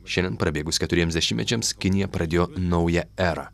šiandien prabėgus keturiems dešimtmečiams kinija pradėjo naują erą